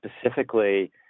specifically